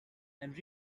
and